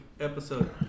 Episode